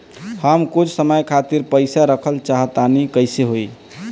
हम कुछ समय खातिर पईसा रखल चाह तानि कइसे होई?